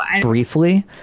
briefly